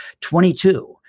Twenty-two